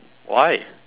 why